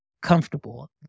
comfortable